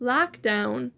Lockdown